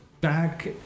back